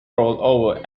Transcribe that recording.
rollover